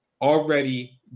already